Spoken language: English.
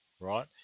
right